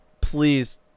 please